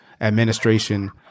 administration